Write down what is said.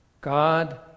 God